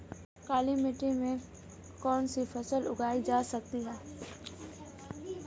काली मिट्टी में कौनसी फसल उगाई जा सकती है?